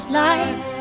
light